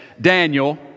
Daniel